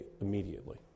immediately